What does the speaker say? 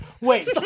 wait